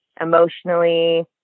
emotionally